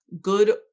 good